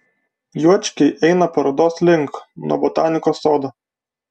juočkiai eina parodos link nuo botanikos sodo